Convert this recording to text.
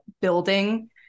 building